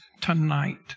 tonight